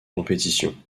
compétition